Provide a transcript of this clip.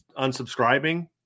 unsubscribing